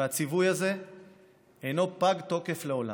והציווי הזה אינו פג-תוקף לעולם.